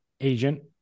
agent